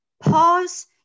pause